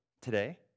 today